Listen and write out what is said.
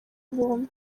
bombi